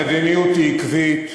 המדיניות היא עקבית,